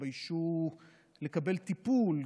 התביישו לקבל טיפול,